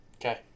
okay